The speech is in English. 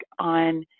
on